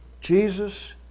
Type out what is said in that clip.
Jesus